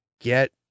get